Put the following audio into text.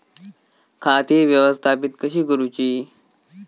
खाती व्यवस्थापित कशी करूची?